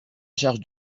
charge